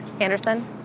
Anderson